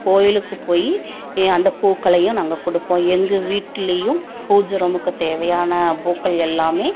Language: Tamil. கோவிலுக்கு போய் அந்த பூக்களையும் நாங்கள் கொடுப்போம் எங்கள் வீட்லேயும் பூஜை ரூமுக்கு தேவையான பூக்கள் எல்லாம்